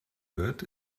wird